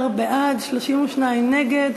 16 בעד, 32 נגד.